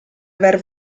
aver